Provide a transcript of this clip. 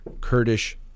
Kurdish